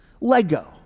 Lego